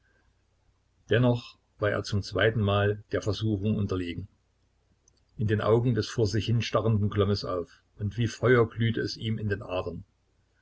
dennoch war er zum zweitenmal der versuchung unterlegen in den augen des vor sich hinstarrenden glomm es auf und wie feuer glühte es ihm in den adern